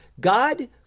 God